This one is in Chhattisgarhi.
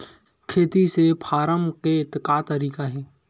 खेती से फारम के का तरीका हे?